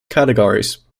categories